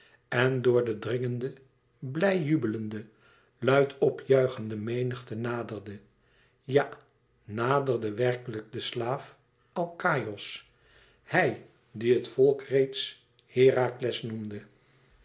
en door de dringende blij jubelende luid p juichende menigte naderde ja naderde werkelijk de slaaf alkaïos hij dien het volk reeds herakles noemde